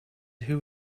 who